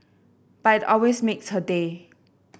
but it always makes her day